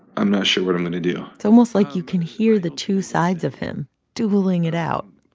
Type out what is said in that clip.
i'm not sure what i'm going to do it's almost like you can hear the two sides of him dueling it out,